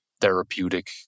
therapeutic